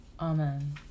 Amen